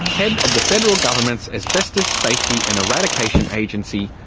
head of the federal government's asbestos safety and eradication agency,